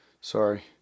Sorry